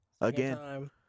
Again